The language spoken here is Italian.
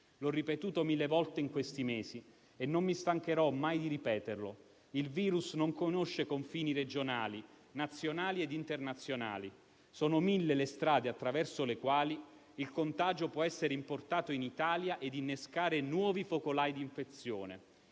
L'ho ripetuto mille volte in questi mesi e non mi stancherò mai di ripeterlo: il virus non conosce confini regionali, nazionali e internazionali. Sono mille le strade attraverso le quali il contagio può essere importato in Italia e innescare nuovi focolai di infezione.